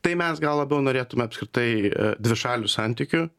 tai mes gal labiau norėtume apskritai dvišalių santykių